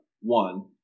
One